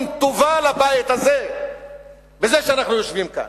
טובה לבית הזה בזה שאנחנו יושבים כאן,